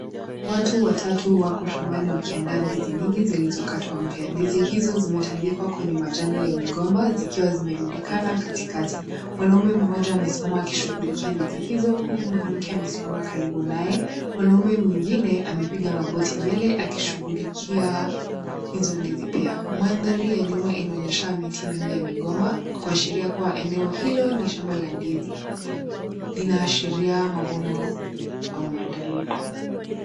Watu watatu wako shambani wakiandaa nyingi zilizokatwa, ndizi hizo zimetandikwa kwenye majani ya migomba, zikiwa zimerundikana katikakati, mwanaume mmoja amesimama akimshughulikia ndizi hizo, huku mwanamke amesimama karibu naye, mwanaume mwingine , amepiga magoti, mbele akimshughulikia hizo ndizi pia, mandhari ya nyuma inaonyesha miti mingi ya migomba, kuashiria kuwa eneo hilo ni shamba la ndizi, linaashiria mavuno au maandalizi.